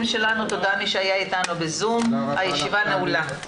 הישיבה נעולה.